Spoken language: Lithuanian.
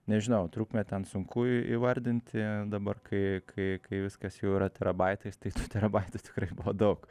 nežinau trukmę ten sunku įvardinti dabar kai kai kai viskas jau yra terabaitais tai tų terabaitų tikrai buvo daug